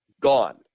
gone